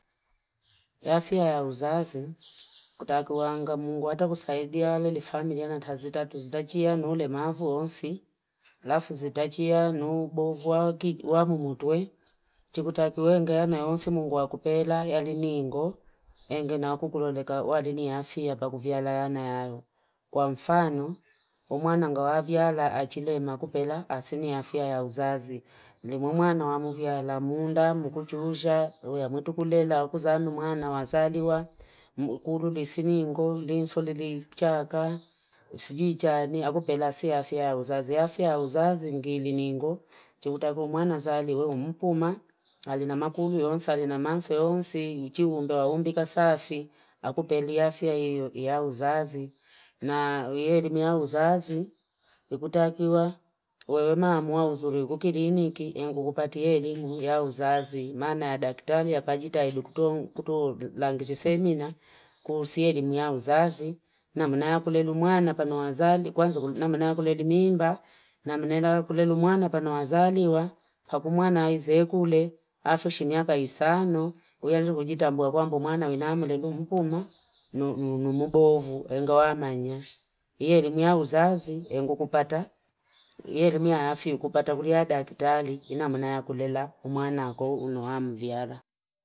Yafia ya uzazi kutakuwanga mungu ata kusaidia alele familia na tazita tuzitachia nule mavu onsi. Lafu zitachia nubo ubuwa wa mumutwe. Chikutakue ngeana ya onsi mungu wakupela ya lini ingo. Ngena wakukuloleka wadini yafia pakubiala yana ya kwa mfano. Umwana nga wavyala achile mwakupela asini yafia ya uzazi. Umwana nga wavyala munda, mkuchuja, umwitu kulela, umwana na wazali wa. Mkuru disini ingo, linso lilichaka. Sijijani, wakupela asini yafia ya uzazi. Yafia ya uzazi ngini ingo. Chikutakue umwana na zali, wehu mpuma. Halinamakubi ya onsi, halinamansi ya onsi. Uchiumbe waumbika safi Wakupela yafia ya uzazi. Na uheri ya uzazi. Chikutakua, wewe maamuwa uzuri kukiliniki. Ngukupati uheri ya uzazi. Mana ya daktari ya pagita ilu kuto langiti semina. Kursi uheri ya uzazi. Na mnaya kulelu mwana na panu wazali. Kwanza kulelu mimba mwana na panu wazali wa. Pakumwana na izekule. Afishimia kaisano. Uheri kujita mbwakua mpumwana. Winamilelu mpuma. Nduana mbovu enga wamanya ye elimu ya uzazi engukupata ye elimu ya afya kupata kulya dakitari inamana ya kulelya mwana akwe ina mviyala.